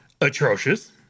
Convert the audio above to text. atrocious